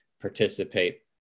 participate